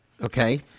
Okay